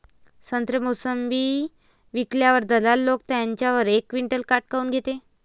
संत्रे, मोसंबी विकल्यावर दलाल लोकं त्याच्यावर एक क्विंटल काट काऊन घेते?